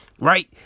right